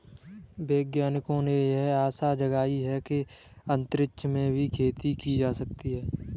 वैज्ञानिकों ने यह आशा जगाई है कि अंतरिक्ष में भी खेती की जा सकेगी